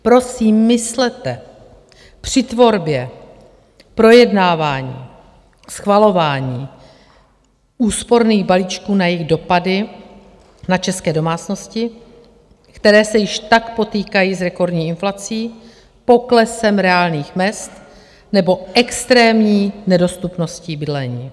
Prosím, myslete při tvorbě, projednávání a schvalování úsporných balíčků na jejich dopady na české domácnosti, které se již tak potýkají s rekordní inflací, poklesem reálných mezd nebo extrémní nedostupností bydlení.